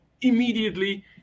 immediately